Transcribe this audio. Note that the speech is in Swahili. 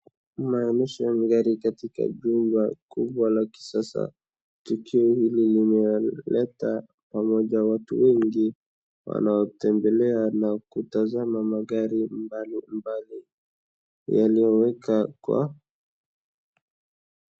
Maonyesho ya gari katika jumba kubwa la kisasa. Tukio hili limeleta pamoja watu wengi wanaotembelea na kutazama magari mbalimbali yaliowekwa kwa.